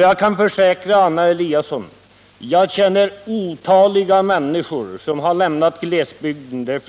Jag kan försäkra Anna Eliasson om att jag känner otaliga människor som lämnat glesbygden